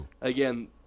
again